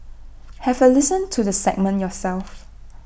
have A listen to the segment yourself